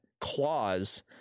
clause